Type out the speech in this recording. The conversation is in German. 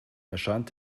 erscheint